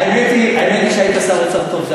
האמת היא, האמת שהיית שר אוצר טוב.